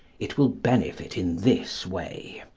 it will benefit in this way.